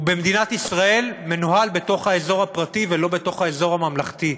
במדינת ישראל מנוהל באזור הפרטי ולא באזור הממלכתי.